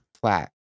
flat